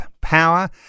power